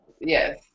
Yes